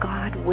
God